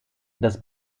das